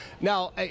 Now